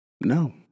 No